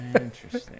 Interesting